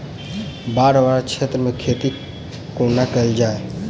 बाढ़ वला क्षेत्र मे खेती कोना कैल जाय?